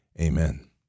Amen